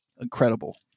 incredible